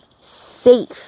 safe